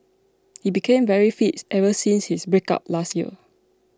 he became very fits ever since his breakup last year